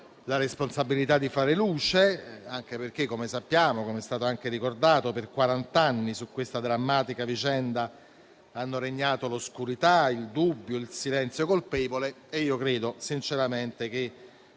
la responsabilità di fare luce, anche perché, come sappiamo e com'è stato anche ricordato, per quarant'anni su questa drammatica vicenda hanno regnato l'oscurità, il dubbio e il silenzio colpevole. Credo sinceramente che,